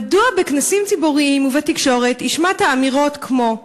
מדוע בכנסים ציבוריים ובתקשורת השמעת אמירות כמו: